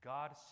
God